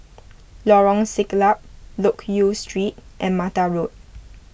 Lorong Siglap Loke Yew Street and Mata Road